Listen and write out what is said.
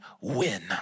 win